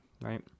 right